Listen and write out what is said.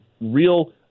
real